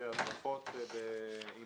הדרכות עם